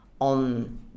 on